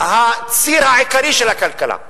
הציר העיקרי של הכלכלה.